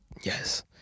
yes